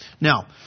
Now